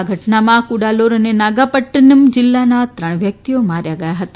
આ ઘટનામાં કુડાલોર અને નાગાપદ્દીનમ જિલ્લાના ત્રણ વ્યક્તિઓ માર્યા ગયા હતા